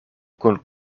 kun